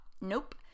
Nope